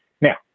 Now